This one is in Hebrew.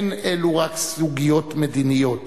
אין אלה רק סוגיות מדיניות.